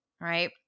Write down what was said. right